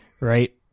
right